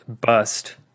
bust